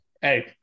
Hey